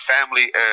family